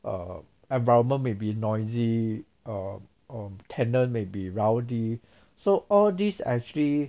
err environment may be noisy um um tenant may be rowdy so all these actually